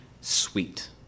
sweet